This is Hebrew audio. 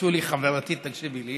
שולי, חברתי, תקשיבי לי